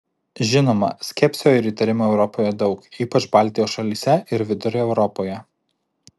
žinoma skepsio ir įtarimų europoje daug ypač baltijos šalyse ir vidurio europoje